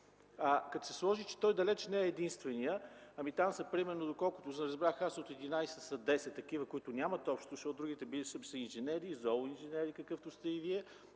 Както се вижда, той далеч не е единственият. Ами, там примерно, доколкото разбрах, от 11 – 10 са такива, които нямат общо, защото другите били инженери, зооинженери, какъвто сте и Вие,